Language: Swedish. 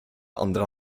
andra